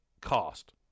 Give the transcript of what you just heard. cost